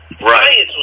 Right